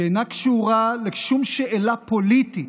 שאינה קשורה לשום שאלה פוליטית,